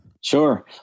Sure